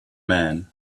man